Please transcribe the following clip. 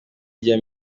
rya